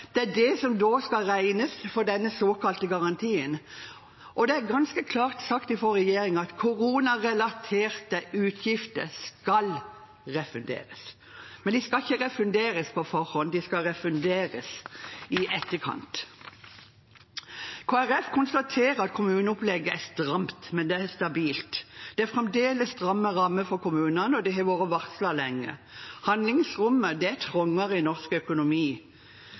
er ganske klart sagt fra regjeringen at koronarelaterte utgifter skal refunderes, men de skal ikke refunderes på forhånd, de skal refunderes i etterkant. Kristelig Folkeparti konstaterer at kommuneopplegget er stramt, men stabilt. Det er fremdeles stramme rammer for kommunene, og det har vært varslet lenge. Handlingsrommet er trangere i norsk økonomi,